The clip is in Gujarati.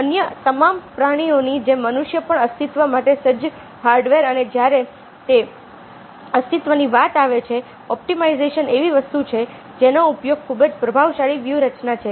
અન્ય તમામ પ્રાણીઓની જેમ મનુષ્ય પણ અસ્તિત્વ માટે સજ્જ હાર્ડવેર અને જ્યારે તે અસ્તિત્વની વાત આવે છે ઑપ્ટિમાઇઝેશન એવી વસ્તુ છે જેનો ઉપયોગ ખૂબ જ પ્રભાવશાળી વ્યૂહરચના છે